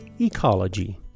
Ecology